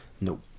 No